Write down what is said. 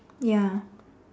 ya